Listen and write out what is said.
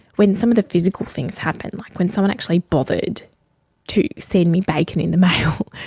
when some of the physical things happen, like when someone actually bothered to send me bacon in the mail,